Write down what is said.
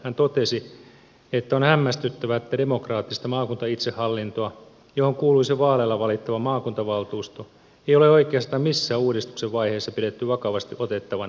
hän totesi että on hämmästyttävää että demokraattista maakuntaitsehallintoa johon kuuluisi vaaleilla valittava maakuntavaltuusto ei ole oikeastaan missään uudistuksen vaiheessa pidetty vakavasti otettavana vaihtoehtona